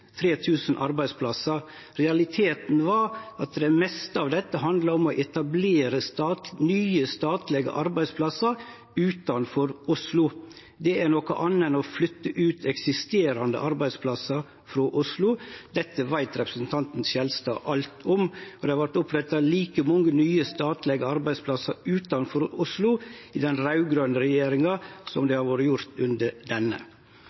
000 arbeidsplassar! Realiteten var at det meste av dette handla om å etablere nye statlege arbeidsplassar utanfor Oslo. Det er noko anna enn å flytte ut eksisterande arbeidsplassar frå Oslo. Dette veit representanten Skjelstad alt om. Det vart oppretta like mange nye statlege arbeidsplassar utanfor Oslo under den raud-grøne regjeringa som det har vorte gjort under denne